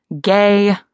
Gay